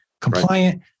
compliant